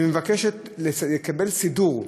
וכשהיא מבקשת לקבל סידור,